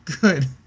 good